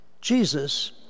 Jesus